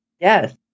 Yes